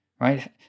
right